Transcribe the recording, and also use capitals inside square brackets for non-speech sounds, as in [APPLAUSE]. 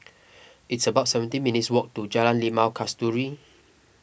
[NOISE] it's about seventeen minutes' walk to Jalan Limau Kasturi